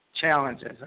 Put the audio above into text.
challenges